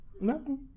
no